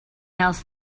else